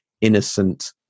innocent